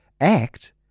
ACT